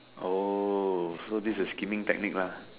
oh so this is the scheming technique lah